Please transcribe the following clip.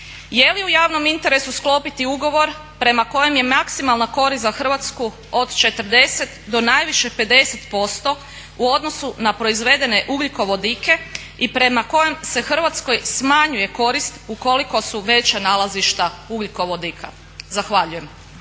Jeli u javnom interesu sklopiti ugovor prema kojem je maksimalna korist za Hrvatsku od 40 do najviše 50% u odnosu na proizvedene ugljikovodike i prema kojem se Hrvatskoj smanjuje korist ukoliko su veća nalazišta ugljikovodika? Zahvaljujem.